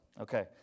Okay